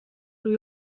روی